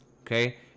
okay